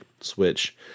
Switch